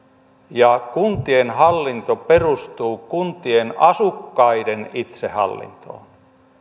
ja kuntien hallinto perustuu kuntien asukkaiden itsehallintoon